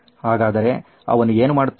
ಹಾಗಾದರೆ ಅವನು ಏನು ಮಾಡುತ್ತಾನೆ